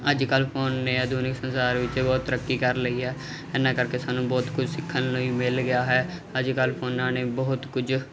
ਅੱਜ ਕੱਲ ਫੋਨ ਨੇ ਆਧੁਨਿਕ ਸੰਸਾਰ ਵਿੱਚ ਬਹੁਤ ਤਰੱਕੀ ਕਰ ਲਈ ਆ ਇਹਨਾਂ ਕਰਕੇ ਸਾਨੂੰ ਬਹੁਤ ਕੁਝ ਸਿੱਖਣ ਲਈ ਮਿਲ ਗਿਆ ਹੈ ਅੱਜ ਕੱਲ ਫੋਨਾਂ ਨੇ ਬਹੁਤ ਕੁਝ